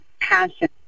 passion